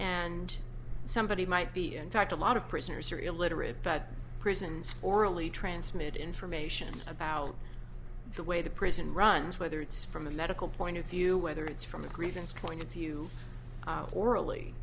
and somebody might be in fact a lot of prisoners are illiterate but prisons orally transmitted information about the way the prison runs whether it's from a medical point of view whether it's from a grievance point of view orally